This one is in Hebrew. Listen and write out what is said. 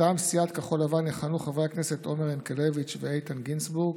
מטעם סיעת כחול לבן יכהנו חברי הכנסת עומר ינקלביץ' ואיתן גינזבורג,